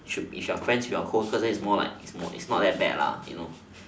should be if you're friends with your coworker then it's more like it's more it's not that bad you know